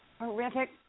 horrific